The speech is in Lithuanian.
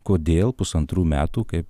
kodėl pusantrų metų kaip